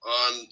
on